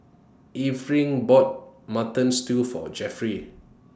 Erving bought Mutton Stew For Jeffry